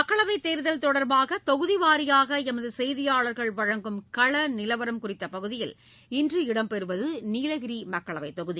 மக்களவைத் தேர்தல் தொடர்பாக தொகுதி வாரியாக எமது செய்தியாளர்கள் வழங்கும் களநிலவரம் குறித்த பகுதியில் இன்று இடம் பெறுவது நீலகிரி மக்களவை தொகுதி